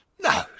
No